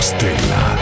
Stella